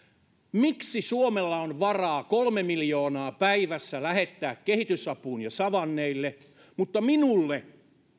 miksi suomella on varaa kolme miljoonaa päivässä lähettää kehitysapuun ja savanneille mutta minulle